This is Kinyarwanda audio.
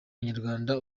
banyarwanda